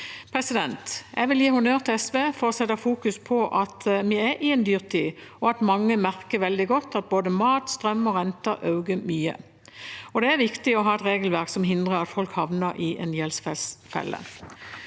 Jeg vil gi honnør til SV for å fokusere på at vi er i en dyrtid, og at mange merker veldig godt at både matpriser, strømpriser og renter øker mye. Det er viktig å ha et regelverk som hindrer at folk havner i en gjeldsfelle.